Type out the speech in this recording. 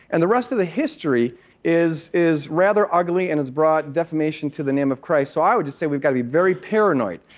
and the rest of the history is is rather ugly and has brought defamation to the name of christ. so i would just say we've got to be very paranoid.